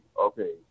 Okay